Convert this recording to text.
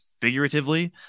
figuratively